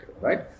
right